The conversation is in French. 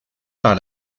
par